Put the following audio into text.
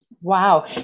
Wow